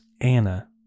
Anna